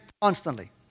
constantly